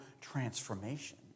transformation